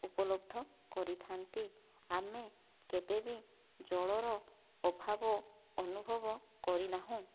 ଉପଲବ୍ଧ କରିଥାଆନ୍ତି ଆମେ କେବେ ବି ଜଳର ଅଭାବ ଅନୁଭବ କରିନାହୁଁ